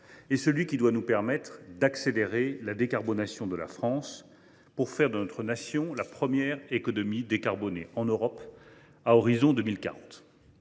le plus bas possible, et d’accélérer la décarbonation de la France pour faire de notre Nation la première économie décarbonée en Europe à l’horizon 2040.